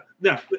no